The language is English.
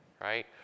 Right